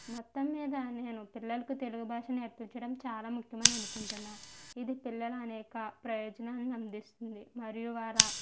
మొత్తం మీద నేను పిల్లలకు తెలుగు భాష నేర్పించడం చాలా ముఖ్యమని అనుకుంటున్నా ఇది పిల్లలని అనేక ప్రయోజనాలని అందిస్తుంది మరియు వాళ్ళ